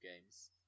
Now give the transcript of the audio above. games